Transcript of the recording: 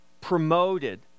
promoted